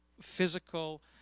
physical